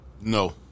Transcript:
No